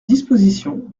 disposition